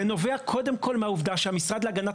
זה נובע קודם כל מהעובדה שהמשרד להגנת